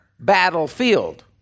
battlefield